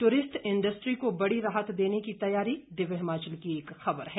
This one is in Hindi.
टूरिस्ट इंडस्ट्री को बड़ी राहत देने की तैयारी दिव्य हिमाचल की एक खबर है